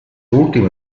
ultime